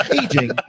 aging